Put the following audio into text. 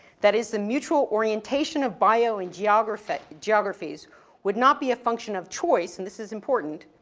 that is the mutual orientation of bio and geography, geographies would not be a function of choice, and this is important,